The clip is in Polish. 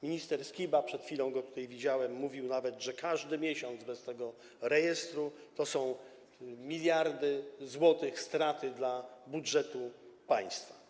Minister Skiba, przed chwilą go tutaj widziałem, mówił nawet, że każdy miesiąc bez tego rejestru to są miliardy złotych straty dla budżetu państwa.